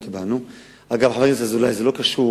אגב, זה לא קשור